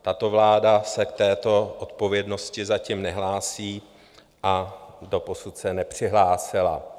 Tato vláda se k této odpovědnosti zatím nehlásí a doposud se nepřihlásila.